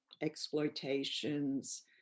exploitations